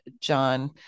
John